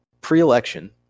pre-election